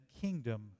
kingdom